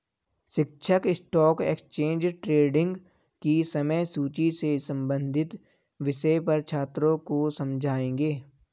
शिक्षक stock exchange trading की समय सूची से संबंधित विषय पर छात्रों को समझाएँगे